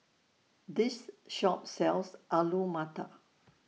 This Shop sells Alu Matar